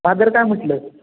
father काय म्हटलं